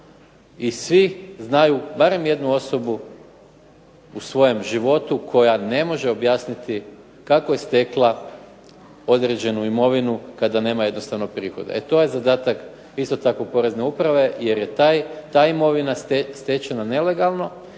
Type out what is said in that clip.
i svi znaju barem jednu osobu u svojem životu koja ne može objasniti kako je stekla određenu imovinu kada nema jednostavnog prihoda. E to je zadatak isto tako porezne uprave jer je ta imovina stečena nelegalno